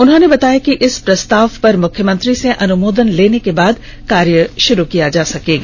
उन्होंने बताया कि इस प्रस्ताव पर मुख्यमंत्री से अनुमोदन लेने के बाद कार्य शुरू कर दिया जाएगा